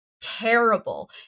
terrible